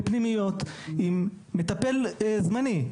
בפנימיות עם מטפל זמני,